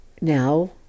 Now